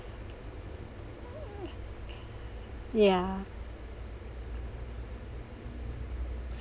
yeah